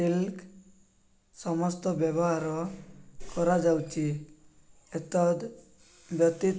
ଟିଲ୍କ ସମସ୍ତ ବ୍ୟବହାର କରାଯାଉଛି ଏତଦ୍ ବ୍ୟତୀତ